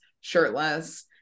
shirtless